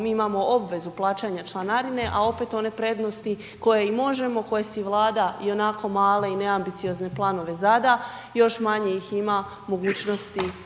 mi imamo obvezu plaćanja članarine a opet one prednosti koje i možemo, koje si Vlada ionako male i neambiciozne planove zada, još manje ih ima mogućnosti